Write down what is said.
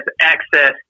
access